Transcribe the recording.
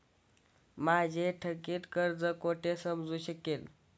माझे थकीत कर्ज कुठे समजू शकेल?